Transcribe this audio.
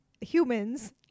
humans